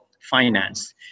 Finance